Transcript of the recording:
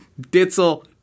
Ditzel